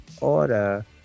order